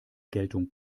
geltung